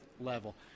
level